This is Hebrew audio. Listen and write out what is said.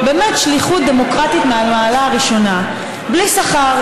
שליחות דמוקרטית מהמעלה הראשונה בלי שכר,